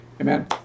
Amen